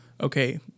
okay